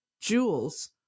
jewels